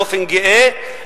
באופן גאה,